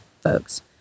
folks